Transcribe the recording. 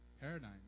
paradigm